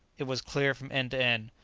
it was clear from end to end.